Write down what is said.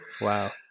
Wow